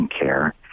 care